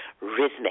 rhythmic